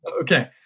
Okay